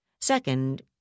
Second